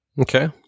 Okay